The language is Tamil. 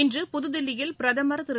இன்று புதுதில்லியில் பிரதமர் திரு